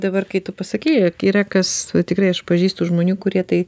dabar kai tu pasakei yra kas tikrai aš pažįstu žmonių kurie tai